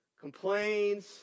complains